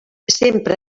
sempre